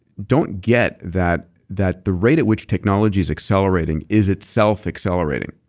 don't get that that the rate at which technology is accelerating is itself accelerating.